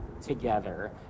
together